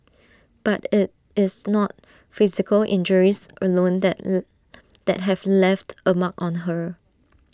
but IT is not physical injuries alone that that have left A mark on her